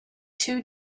two